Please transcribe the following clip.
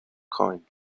coins